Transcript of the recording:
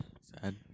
sad